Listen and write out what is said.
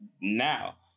now